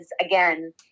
again